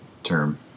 term